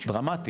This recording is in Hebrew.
זה דרמטי,